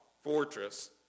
Fortress